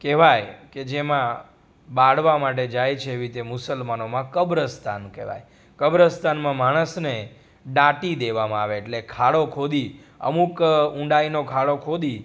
કહેવાય કે જેમાં બાળવા માટે જાય છે એવી રીતે મુસલમાનોમાં કબ્રસ્તાન કહેવાય કબ્રસ્તાનમાં માણસને દાટી દેવામાં આવે એટલે ખાડો ખોદી અમુક ઊંડાઈનો ખાડો ખોદી